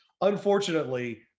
unfortunately